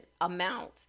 amount